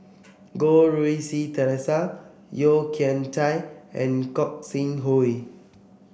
Goh Rui Si Theresa Yeo Kian Chai and Gog Sing Hooi